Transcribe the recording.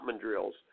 drills